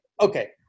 okay